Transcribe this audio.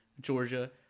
Georgia